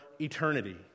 eternity